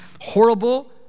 horrible